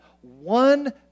one